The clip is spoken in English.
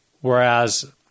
Whereas